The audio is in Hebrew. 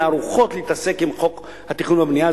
ערוכות להתעסק עם חוק התכנון והבנייה,